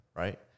right